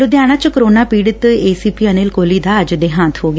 ਲੁਧਿਆਣਾ ਚ ਕੋਰੋਨਾ ਪੀੜਤ A C P Anil Kohli ਦਾ ਅੱਜ ਦੇਹਾਂਤ ਹੋ ਗਿਆ